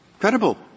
credible